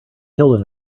killed